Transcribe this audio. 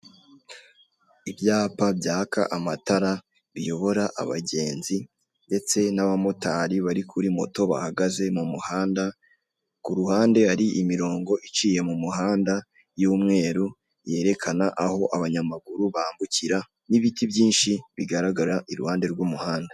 Ibyapa byaka amatara biyobora abagenzi ndetse n'abamotari bari kuri moto bahagaze mu muhanda, ku ruhande hari imiringo iciye mu muhanda y'umweru yerekana aho abanyamagura bambukira n'ibiti byinshi bigaragara iruhande rw'umuhanda.